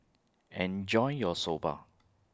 Enjoy your Soba